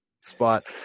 spot